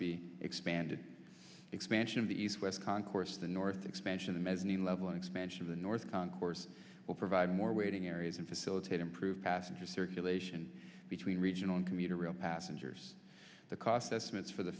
be expanded expansion of the east west concourse the north expansion the mezzanine level expansion of the north concourse will provide more waiting areas and facilitate improved passenger circulation between regional and commuter rail passengers the cost estimates for the